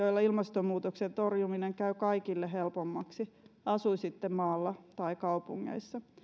joilla ilmastonmuutoksen torjuminen käy kaikille helpommaksi asui sitten maalla tai kaupungeissa